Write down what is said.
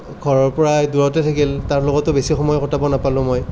ঘৰৰ পৰাই এই দূৰতেই থাকিল তাৰ লগতে বেছি সময় কটাব নাপালোঁ মই